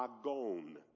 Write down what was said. agon